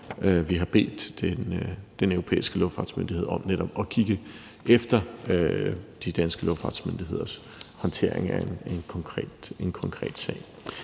har bedt den europæiske luftfartsmyndighed om at kigge på de danske luftfartsmyndigheders håndtering af en konkret sag.